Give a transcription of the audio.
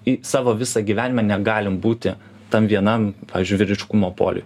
į savo visą gyvenimą negalim būti tam vienam pavyzdžiui vyriškumo poliuj